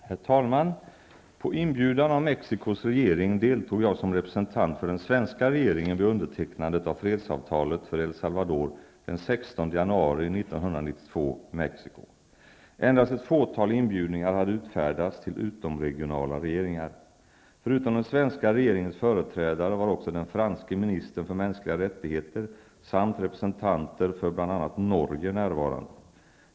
Herr talman! På inbjudan av Mexicos regering deltog jag som representant för den svenska regeringen vid undertecknandet av fredsavtalet för El Salvador den 16 januari 1992 i Mexico. Endast ett fåtal inbjudningar hade utfärdats till utomregionala regeringar. Förutom den svenska regeringens företrädare var också den franske ministern för mänskliga rättigheter samt representanter för bl.a. Norge närvarande.